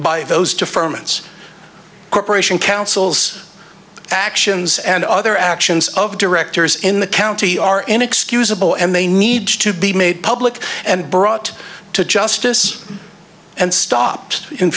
by those to ferment corporation counsel's actions and other actions of directors in the county are inexcusable and they need to be made public and brought to justice and stopped in